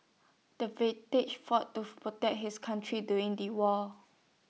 the fought to protect his country during the war